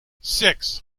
six